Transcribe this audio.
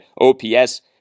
OPS